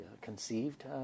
conceived